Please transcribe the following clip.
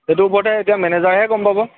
সেইটো ওপৰতে এতিয়া মেনেজাৰেহে গম পাব